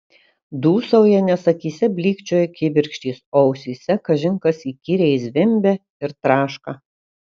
dūsauja nes akyse blykčioja kibirkštys o ausyse kažin kas įkyriai zvimbia ir traška